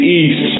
east